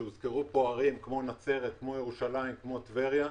כשהוזכרו ערים כמו נצרת, ירושלים וטבריה,